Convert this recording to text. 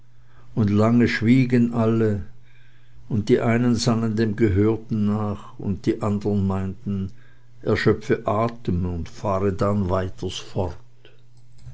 und lange schwiegen alle und die einen sannen dem gehörten nach und die andern meinten er schöpfe atem und fahre dann weiters fort